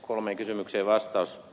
kolmeen kysymykseen vastaus